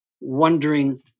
wondering